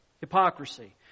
Hypocrisy